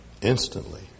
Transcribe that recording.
Instantly